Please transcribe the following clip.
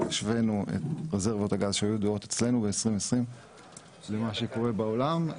אבל השווינו את רזרבות הגז שהיו ידועות אצלנו ב-2020 למה שקורה בעולם,